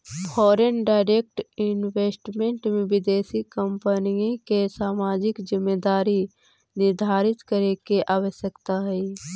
foreign direct investment में विदेशी कंपनिय के सामाजिक जिम्मेदारी निर्धारित करे के आवश्यकता हई